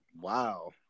Wow